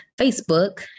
Facebook